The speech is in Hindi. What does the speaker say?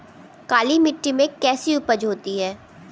काली मिट्टी में कैसी उपज होती है?